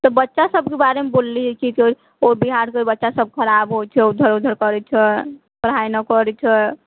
तऽ बच्चा सभके बारेमे बोलली हँ कि ओ बिहार से बच्चा सभ खराब होइत छै उधर उधर करैत छै पढ़ाइ नहि करैत छै